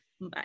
bye